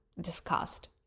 discussed